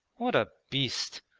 what a beast!